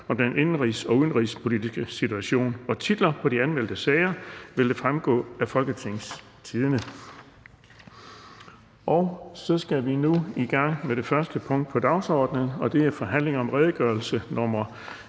om den indenrigs- og udenrigspolitiske situation?) Titler på de anmeldte sager vil fremgå af www.folketingstidende.dk (jf. ovenfor). --- Det første punkt på dagsordenen er: 1) Forhandling om redegørelse nr.